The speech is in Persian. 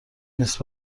نیست